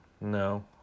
no